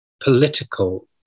political